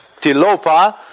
Tilopa